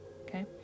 okay